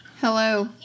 Hello